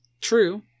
True